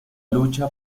lucha